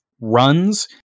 runs